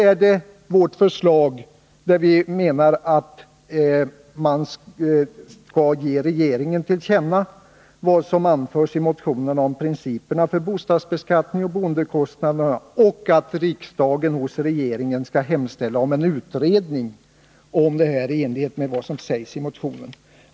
Är det t.ex. vårt förslag att man skall ge regeringen till känna vad som anförs i motionen om principerna för bostadsbeskattning och boendekostnader och att riksdagen hos regeringen skall hemställa om en utredning om detta i enlighet med vad som sägs i motionen?